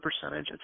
percentage